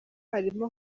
harimo